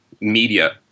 media